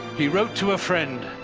he wrote to a friend,